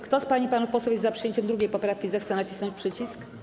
Kto z pań i panów posłów jest za przyjęciem 2. poprawki, zechce nacisnąć przycisk.